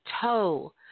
toe